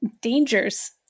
dangers